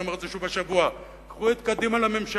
ואני אומר שוב השבוע: קחו את קדימה לממשלה.